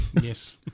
Yes